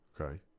okay